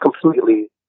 completely